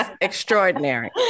extraordinary